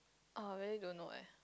oh very don't know leh